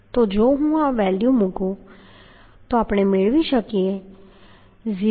તો જો હું આ વેલ્યુ મુકું તો આપણે મેળવી શકીએ 0